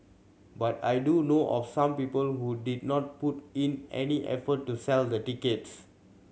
but I do know of some people who did not put in any effort to sell the tickets